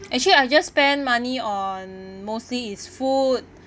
actually I've just spend money on mostly is food